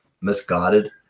misguided